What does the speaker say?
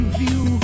view